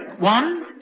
one